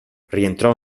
rientrò